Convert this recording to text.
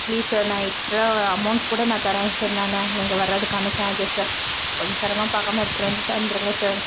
please sir நான் எக்ஸ்ட்ராவாக amount கூட நான் தரேன் சார் நான் நீங்கள் வர்றதுக்கான சார்ஜஸ்ஸை கொஞ்சம் சிரமம் பார்க்காம எடுத்துகிட்டு வந்து தந்துடுங்க சார்